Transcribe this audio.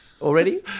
Already